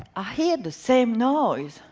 i hear the same noise.